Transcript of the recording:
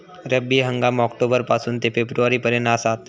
रब्बी हंगाम ऑक्टोबर पासून ते फेब्रुवारी पर्यंत आसात